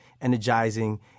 energizing